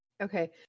Okay